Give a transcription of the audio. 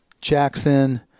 Jackson